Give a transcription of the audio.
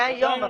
זה היום,